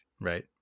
right